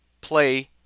play